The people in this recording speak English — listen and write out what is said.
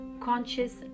conscious